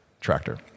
tractor